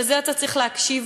ולזה אתה צריך להקשיב,